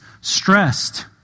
stressed